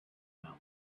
around